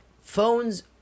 phones